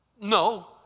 no